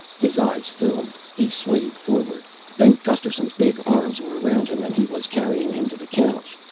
his eyes filmed. he swayed forward. then gusterson's big arms were around him and he was carrying him to the couch.